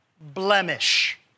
blemish